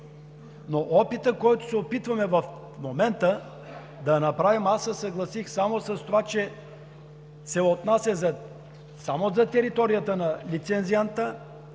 Опитът, който се опитваме в момента да направим, аз се съгласих само с това, че се отнася за територията на лицензианта,